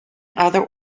other